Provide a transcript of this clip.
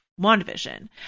wandavision